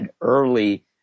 early